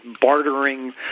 bartering